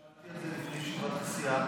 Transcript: נשאלתי על זה בישיבת הסיעה.